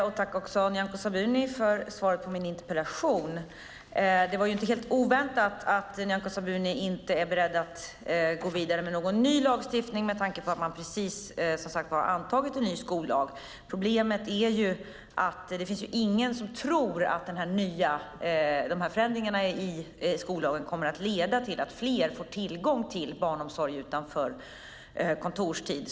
Herr talman! Tack, Nyamko Sabuni, för svaret på min interpellation! Det var inte helt oväntat att Nyamko Sabuni inte är beredd att gå vidare med någon ny lagstiftning med tanke på att man precis, som sagt, antagit en ny skollag. Problemet är att ingen tror att förändringarna i skollagen kommer att leda till att fler får tillgång till barnomsorg utanför kontorstid.